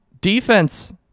defense